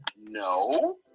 no